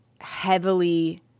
heavily